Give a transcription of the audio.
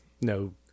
no